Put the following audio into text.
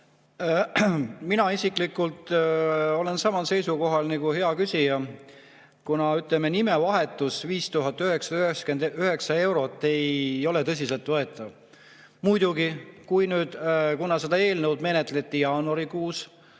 Mina isiklikult olen samal seisukohal nagu hea küsija, kuna nimevahetuse eest 5999 eurot ei ole tõsiselt võetav. Muidugi, kuna seda eelnõu menetleti jaanuarikuus,